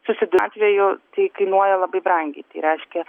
susidu atveju tai kainuoja labai brangiai tai reiškia